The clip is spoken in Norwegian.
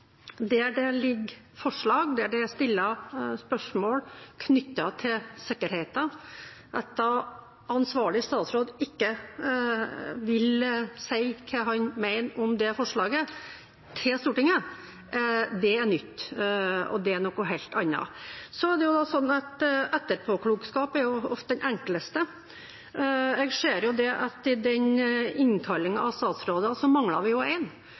der det ligger forslag der det er stilt spørsmål knyttet til sikkerheten, ikke vil si hva han mener om det forslaget til Stortinget, det er nytt, og det er noe helt annet. Så er det slik at etterpåklokskap ofte er det enkleste. Jeg ser at i innkallingen av statsråder så mangler vi én: Vi skulle selvfølgelig hatt finansministeren her. For forslaget fra Fremskrittspartiet har jo en